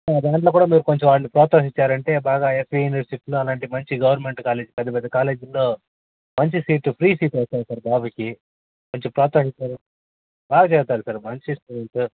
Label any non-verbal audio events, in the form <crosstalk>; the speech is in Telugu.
<unintelligible> దాంట్లో కూడా మీరు కొంచం వాడిని ప్రోత్సహించారంటే బాగ ఎస్వి యూనివర్సిటీ అలాంటి మంచి గవర్నమెంట్ కాలేజీలో పెద్ద పెద్ద కాలేజీలో మంచి సీటు ఫ్రీ సీటు వస్తుంది సార్ బాబుకి కొంచం ప్రోత్సహిస్తే బాగా చేస్తారు సార్ మంచి స్టూడెంట్ సర్